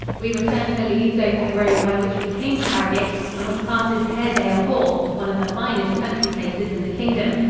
we returned to leeds over the road by which we came to harrogate and which passes haredale hall, one of the finest country places in the kingdom.